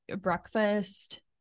breakfast